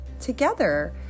together